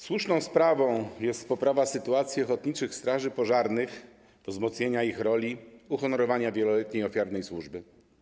Słuszną sprawą jest poprawa sytuacji ochotniczych straży pożarnych, wzmocnienie ich roli, uhonorowanie wieloletniej i ofiarnej służby.